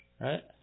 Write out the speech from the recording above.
Right